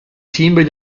simboli